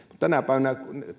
tänä päivänä